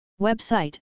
Website